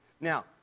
Now